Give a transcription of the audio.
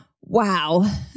Wow